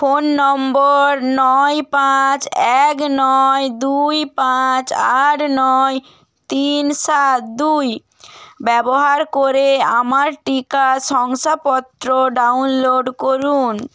phone number নয় পাঁচ এক নয় দুই পাঁচ আট নয় তিন সাত দুই ব্যবহার করে আমার টিকা শংসাপত্র ডাউনলোড করুন